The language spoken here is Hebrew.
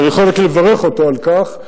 ואני יכול רק לברך אותו על כך,